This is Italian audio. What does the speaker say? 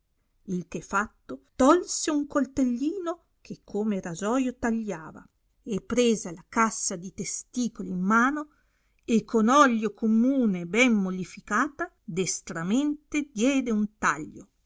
il che fatto tolse un coltellino che come rasoio tagliava e presa la cassa di testicoli in mano e con oglio commune ben mollificata destramente diede un taglio